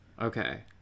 Okay